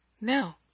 no